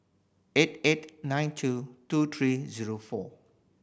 eight eight nine two two three zero four